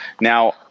Now